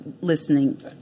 listening